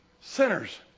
sinners